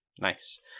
Nice